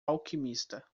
alquimista